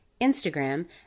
Instagram